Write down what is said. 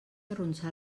arronsar